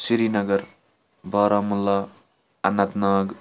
Srinagar Baramulla Anant Nag